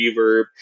reverb